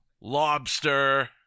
lobster